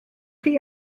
chi